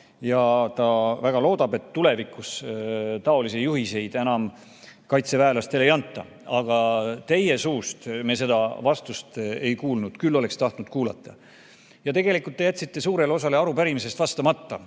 ja ta väga loodab, et tulevikus selliseid juhiseid enam kaitseväelastele ei anta. Aga teie suust me seda vastust ei kuulnud, küll oleks tahtnud kuulda. Tegelikult te jätsite suurele osale arupärimisest vastamata.